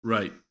Right